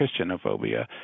Christianophobia